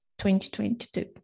2022